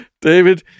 David